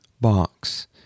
box